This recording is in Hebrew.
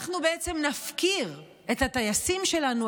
שאנחנו בעצם נפקיר את הטייסים שלנו,